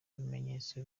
bimenyetso